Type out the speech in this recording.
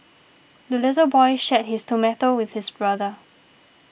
the little boy shared his tomato with his brother